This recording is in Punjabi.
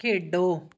ਖੇਡੋ